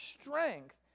strength